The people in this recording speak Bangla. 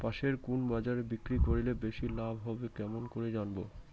পাশের কুন বাজারে বিক্রি করিলে বেশি লাভ হবে কেমন করি জানবো?